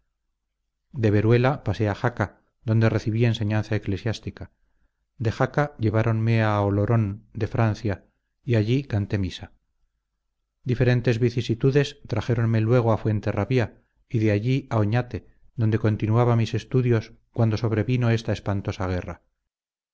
de veruela pasé a jaca donde recibí enseñanza eclesiástica de jaca lleváronme a oloron de francia y allí canté misa diferentes vicisitudes trajéronme luego a fuenterrabía y de allí a oñate donde continuaba mis estudios cuando sobrevino esta espantosa guerra